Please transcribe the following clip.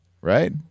right